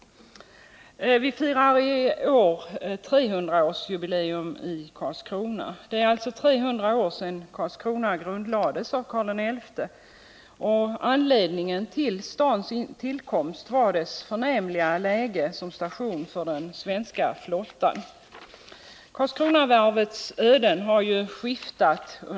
Vi firar i år 300-årsjubileum i Karlskrona, eftersom det är 300 år sedan staden grundlades av Karl XI. Anledningen till stadens grundläggande var det förnämliga läget — Karlskrona blev station för den svenska flottan. Karlskronavarvets öden har skiftat.